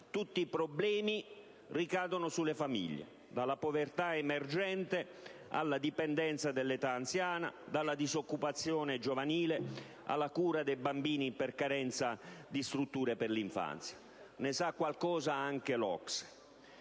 tutti i problemi ricadono infatti sulle famiglie, dalla povertà emergente alla dipendenza dell'età anziana, dalla disoccupazione giovanile alla cura dei bambini per carenza di strutture per l'infanzia (e ne sa qualcosa anche l'OCSE).